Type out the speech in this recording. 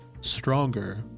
stronger